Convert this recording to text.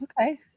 Okay